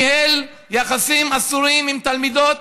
הוא ניהל יחסים אסורים עם תלמידות